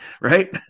right